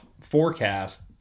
forecast